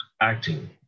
acting